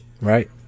Right